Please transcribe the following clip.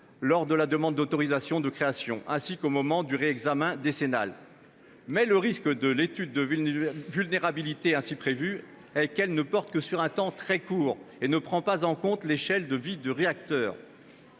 lors de la demande d'autorisation de création et du réexamen décennal. Cependant, le risque de l'étude de vulnérabilité ainsi prévue est qu'elle ne porte que sur un temps très court et ne prend pas en compte l'échelle de vie du réacteur.